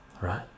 Right